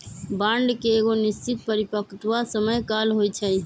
bond के एगो निश्चित परिपक्वता समय काल होइ छइ